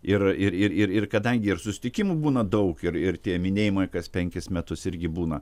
ir ir ir ir ir kadangi ir susitikimų būna daug ir ir tie minėjimai kas penkis metus irgi būna